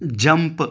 jump